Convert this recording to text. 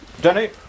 Danny